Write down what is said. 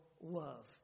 love